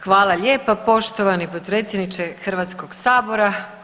Hvala lijepa poštovani potpredsjedniče Hrvatskog sabora.